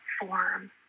form